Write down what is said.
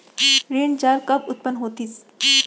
ऋण जाल कब उत्पन्न होतिस?